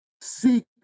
Seek